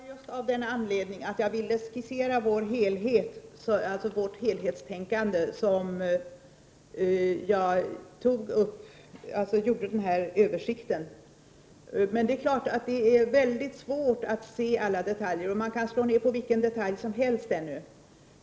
Herr talman! Det var av den anledningen att jag ville skissera vårt helhetstänkande som jag gjorde den här översikten. Det är klart att det är mycket svårt att se alla detaljer, och man kan ännu slå ner på vilken detalj som helst.